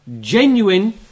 genuine